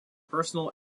personal